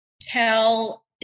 tell